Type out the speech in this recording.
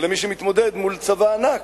או למי שמתמודד מול צבא ענק,